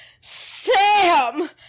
Sam